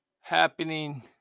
happening